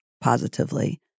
positively